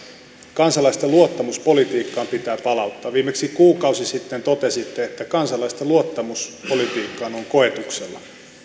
kansalaisten luottamus politiikkaan pitää palauttaa viimeksi kuukausi sitten totesitte että kansalaisten luottamus politiikkaan on koetuksella